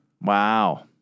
Wow